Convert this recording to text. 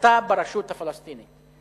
הסתה ברשות הפלסטינית,